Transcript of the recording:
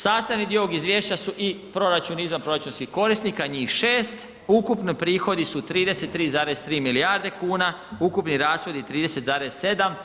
Sastavni dio ovog izvješća su i proračun i izvan proračunskih korisnika, njih 6. Ukupni prihodi su 33,3 milijarde kuna, ukupni rashodi 30,7.